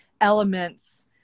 elements